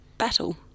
battle